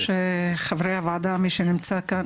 חברי הוועדה ומי שנמצא כאן,